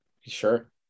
sure